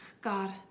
God